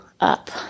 up